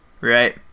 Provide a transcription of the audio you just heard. right